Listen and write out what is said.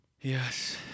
Yes